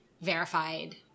verified